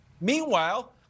Meanwhile